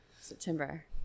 September